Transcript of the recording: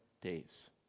days